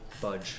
budge